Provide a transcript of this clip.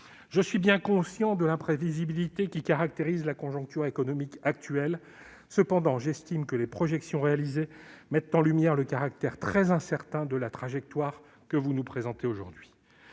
Je suis bien conscient de l'imprévisibilité qui caractérise la conjoncture économique actuelle ; cependant, j'estime que les projections réalisées mettent en lumière le caractère très incertain de la trajectoire que vous nous présentez aujourd'hui.